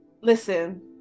Listen